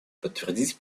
подтвердить